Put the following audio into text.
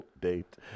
date